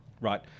right